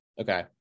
Okay